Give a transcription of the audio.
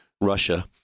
Russia